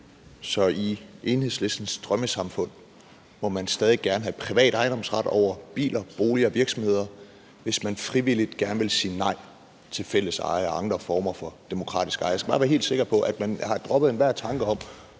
Så i Enhedslistens drømmesamfund må man stadig gerne have privat ejendomsret over biler, boliger og virksomheder, hvis man frivilligt gerne vil sige nej til fælleseje og andre former for demokratisk eje? Jeg skal bare være helt sikker på, at man har droppet enhver tanke om